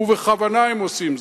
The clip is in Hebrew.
ובכוונה הם עושים זאת,